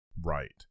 right